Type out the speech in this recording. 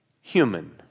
human